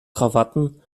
krawatten